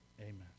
Amen